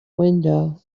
window